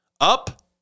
up